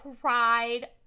cried